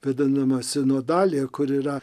vadinamą sino dalį ir kur yra